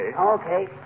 Okay